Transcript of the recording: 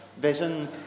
vision